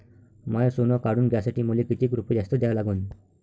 माय सोनं काढून घ्यासाठी मले कितीक रुपये जास्त द्या लागन?